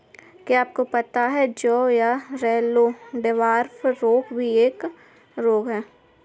क्या आपको पता है जौ का येल्लो डवार्फ रोग भी एक रोग है?